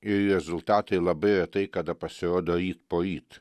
ir rezultatai labai retai kada pasirodo ryt poryt